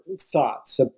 thoughts